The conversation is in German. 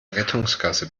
rettungsgasse